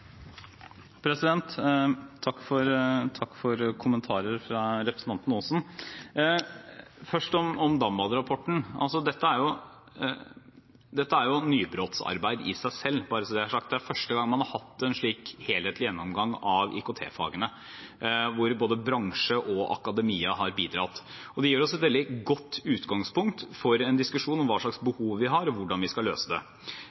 jo nybrottsarbeid i seg selv, bare så det er sagt. Det er første gang man har hatt en slik helhetlig gjennomgang av IKT-fagene, hvor både bransje og akademia har bidratt. Det gir oss jo også et veldig godt utgangspunkt for en diskusjon om hva slags behov vi har, og hvordan vi skal løse det.